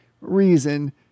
reason